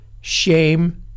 shame